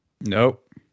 nope